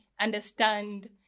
understand